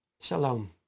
Shalom